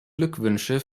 glückwünsche